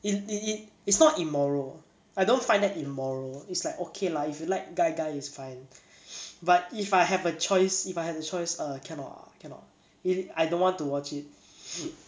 it it it it's not immoral I don't find that immoral is like okay lah if you like guy guy it's fine but if I have a choice if I had the choice err cannot ah cannot if I don't want to watch it